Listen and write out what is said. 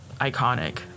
iconic